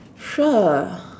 sure